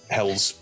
hell's